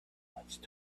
once